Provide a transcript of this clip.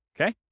okay